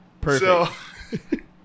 Perfect